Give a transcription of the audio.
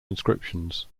inscriptions